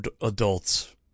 adults